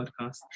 podcast